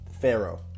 Pharaoh